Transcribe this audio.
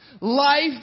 Life